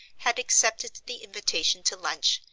had accepted the invitation to lunch,